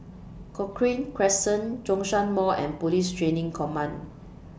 Cochrane Crescent Zhongshan Mall and Police Training Command